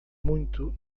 muito